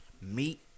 Meat